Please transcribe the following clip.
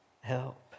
help